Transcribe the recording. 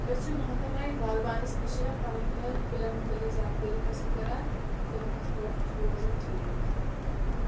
أسۍ چھِ محکمَے باغبانَس نِشَ پنٛنٮ۪ن کُلٮ۪ن متعلق زانکٲری حٲصِل کَران تِم کِتھ پٲٹھۍ روزَن ٹھیٖک